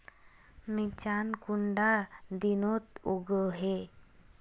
मिर्चान कुंडा दिनोत उगैहे?